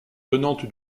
tenante